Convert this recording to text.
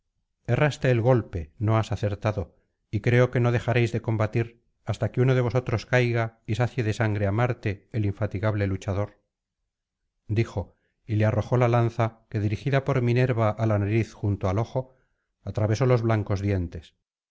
erraste el golpe ño has acertado y creo que no dejaréis de combatir hasta que uno de vosotros caiga y sacie de sangre á marte el infatigable luchador dijo y le arrojó la lanza que dirigida por minerva á la nariz junto al ojo atravesó los blancos dientes